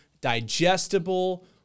digestible